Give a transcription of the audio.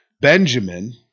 Benjamin